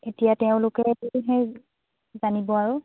এতিয়া তেওঁলোকেহে জানিব আৰু